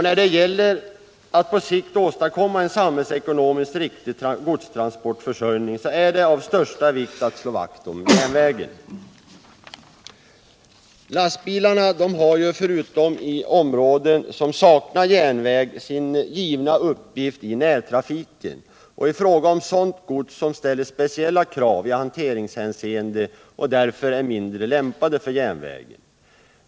När det gäller att på sikt åstadkomma en samhällsekonomiskt riktig godstransportförsörjning är det av största vikt att slå vakt om järnvägen. Lastbilarna har förutom i områden som saknar järnväg sin givna uppgift i närtrafiken och i fråga om sådant gods som ställer speciella krav i hanteringshänseende och därför är mindre lämpat för järnvägen.